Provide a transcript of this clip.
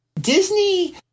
Disney